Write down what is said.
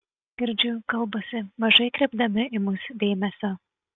girdžiu kalbasi mažai kreipdami į mus dėmesio